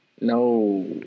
No